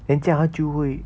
then 这样他就会